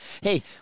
Hey